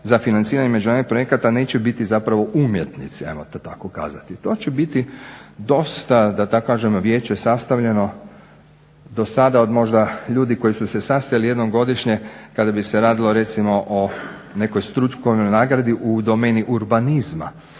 za financiranje međunarodnih projekata neće biti zapravo umjetnici ajmo to tako kazati. To će biti dosta da tako kažem vijeće sastavljeno do sada od možda ljudi koji su se sastajali jednom godišnje kada bi se radilo recimo o nekoj strukovnoj nagradi u domeni urbanizma